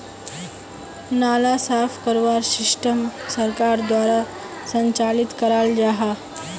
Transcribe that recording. नाला साफ करवार सिस्टम सरकार द्वारा संचालित कराल जहा?